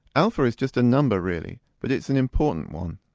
alpha is just a number really but it's an important one.